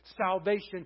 Salvation